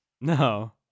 No